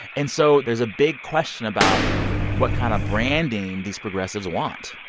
and so there's a big question about what kind of branding these progressives want.